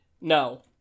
no